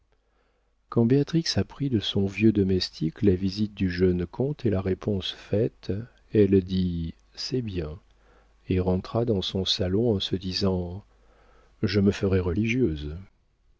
apprit de son vieux domestique la visite du jeune comte et la réponse faite elle dit c'est bien et rentra dans son salon en se disant je me ferai religieuse